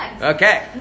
Okay